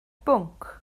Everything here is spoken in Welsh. bwnc